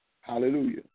Hallelujah